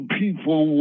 people